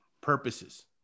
purposes